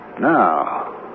Now